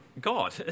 God